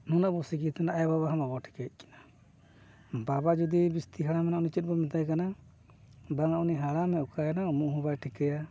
ᱱᱩᱱᱟᱹᱜ ᱵᱚᱱ ᱥᱤᱠᱷᱤᱛ ᱮᱱᱟ ᱟᱭᱚ ᱵᱟᱵᱟ ᱦᱚᱸ ᱵᱟᱵᱚᱱ ᱴᱷᱤᱠᱟᱹᱭᱮᱫ ᱠᱤᱱᱟ ᱵᱟᱵᱟ ᱡᱩᱫᱤ ᱡᱟᱹᱥᱛᱤ ᱦᱟᱲᱟᱢ ᱮᱱᱟᱭ ᱩᱱᱤ ᱪᱮᱫ ᱵᱚᱱ ᱢᱮᱛᱟᱭ ᱠᱟᱱᱟ ᱵᱟᱝᱟ ᱩᱱᱤ ᱦᱟᱲᱟᱢᱮ ᱚᱠᱟᱭᱮᱱᱟ ᱩᱢᱩᱜ ᱦᱚᱸ ᱵᱟᱭ ᱴᱷᱤᱠᱟᱹᱭᱟ